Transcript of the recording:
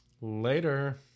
later